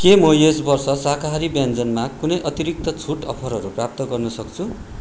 के म यस वर्ष शाकाहारी व्यञ्जनमा कुनै अतिरिक्त छुट अफरहरू प्राप्त गर्न सक्छु